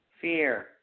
fear